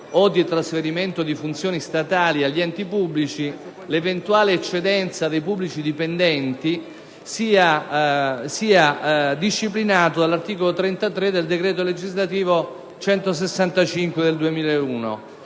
di trasferimento delle funzioni statali alle Regioni o agli enti pubblici, l'eventuale eccedenza dei pubblici dipendenti sia disciplinata dall'articolo 33 del decreto legislativo n. 165 del 2001,